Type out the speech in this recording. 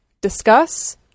discuss